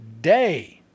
day